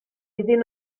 iddyn